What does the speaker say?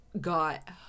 Got